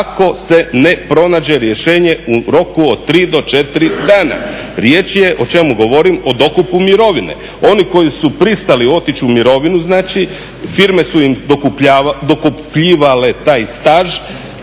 ako se ne pronađe rješenje u roku od 3 do 4 dana. Riječ je, o čemu govorim, o dokupu mirovine. Oni koji su pristali otići u mirovinu znači, firme su dokupljivale taj staž,